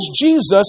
Jesus